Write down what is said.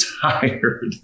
tired